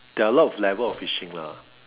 there are a lot of level of fishing lah